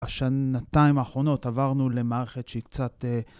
השנתיים האחרונות עברנו למערכת שהיא קצת...